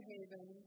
Haven